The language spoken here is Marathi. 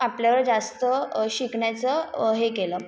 आपल्यावर जास्त शिकण्याचं हे केलं